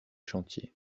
chantiers